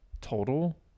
Total